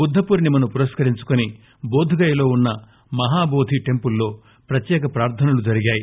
బుద్ద పూర్ణిమను పురస్కరించుకుని బోధ్గయలో వున్స మహాభోధి టెంపుల్లో ప్రత్యేక ప్రార్ధనలు జరిగాయి